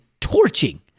torching